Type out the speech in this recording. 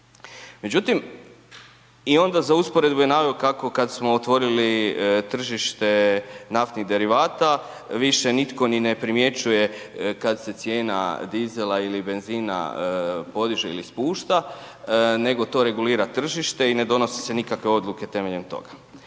Međutim i onda je za usporedbu je naveo kako kad smo otvorili tržište naftnih derivata više nitko ni ne primjećuje kad se cijena dizela ili benzina podiže ili spušta, nego to regulira tržište i ne donose se nikakve odluke temeljem toga.